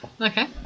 Okay